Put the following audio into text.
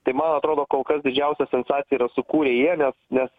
tai man atrodo kol kas didžiausią sensaciją yra sukūrę jie nes nes